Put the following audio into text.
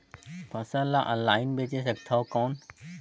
फसल ला ऑनलाइन बेचे सकथव कौन?